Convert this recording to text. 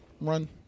run